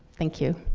thank you.